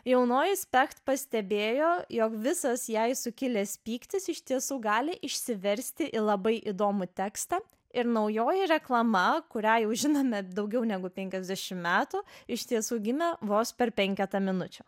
jaunoji specht pastebėjo jog visas jai sukilęs pyktis iš tiesų gali išsiversti į labai įdomų tekstą ir naujoji reklama kurią jau žinome daugiau negu penkiasdešim metų iš tiesų gimė vos per penketą minučių